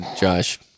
Josh